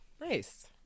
nice